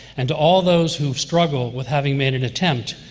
and to all those who have struggled with having made an attempt,